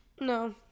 No